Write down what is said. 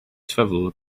travel